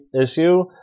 issue